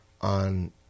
on